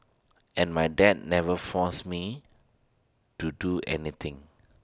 and my dad never forced me to do anything